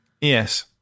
Yes